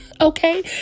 Okay